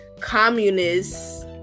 communists